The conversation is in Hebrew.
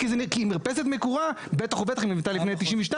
התייחסות הממשלה, בואו נשמע.